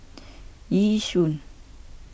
Yishun